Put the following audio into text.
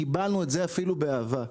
קיבלנו את זה אפילו באהבה.